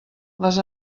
les